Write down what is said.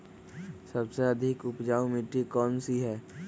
सबसे अधिक उपजाऊ मिट्टी कौन सी हैं?